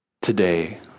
Today